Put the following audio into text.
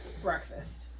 breakfast